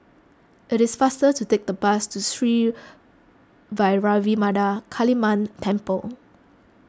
it is faster to take the bus to Sri Vairavimada Kaliamman Temple